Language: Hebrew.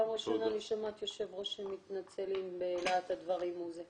פעם ראשונה שאני שומעת יושב-ראש שמתנצל אם בלהט הדברים הוא אמר דברים.